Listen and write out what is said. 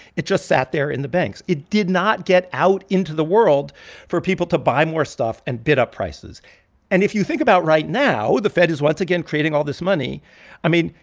it just sat there in the banks. it did not get out into the world for people to buy more stuff and bid up prices and if you think about right now the fed is once again creating all this money i mean,